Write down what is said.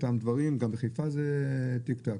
גם בחיפה זה נקרא תיק-תק.